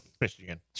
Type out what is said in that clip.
Michigan